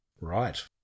Right